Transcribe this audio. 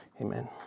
Amen